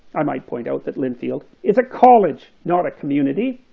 i might point out that linfield is a college not a community,